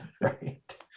right